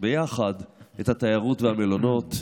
ביחד את התיירות והמלונות.